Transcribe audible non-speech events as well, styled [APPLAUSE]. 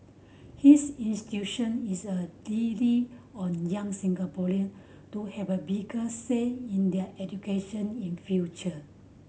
his [UNINTELLIGIBLE] is a really on young Singaporean to have a bigger say in their education in future